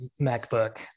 MacBook